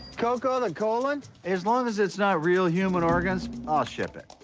coco the colon as long as it's not real human organs i'll ship it